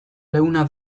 leuna